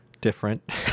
different